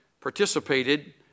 participated